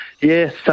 Yes